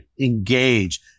engage